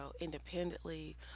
independently